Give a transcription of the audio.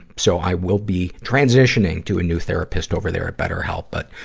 so, i will be transitioning to a new therapist over there at betterhelp. but,